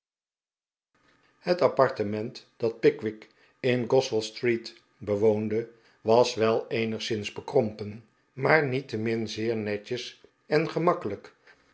het apartement dat pickwick in gos wellstreet bewoonde was wel eenigszins bekrompen maar niettemin zeer netjes en gemakkelijk